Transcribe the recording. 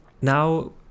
now